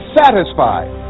satisfied